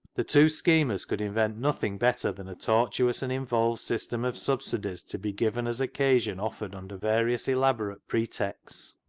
the two schemers could invent nothing better than a tortuous and involved system of subsidies to be given as occasion offered under various elaborate pretexts.